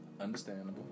Understandable